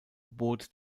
boot